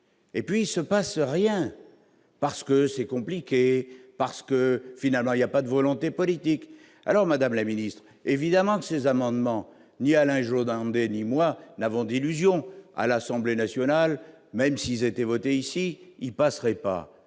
et puis il se passe rien, parce que c'est compliqué, parce que finalement il y a pas de volonté politique, alors Madame la Ministre, évidemment, ces amendements ni Alain Jourdan, ni moi n'avons d'illusions à l'Assemblée nationale, même s'ils étaient ici, il passerait pas,